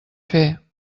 fer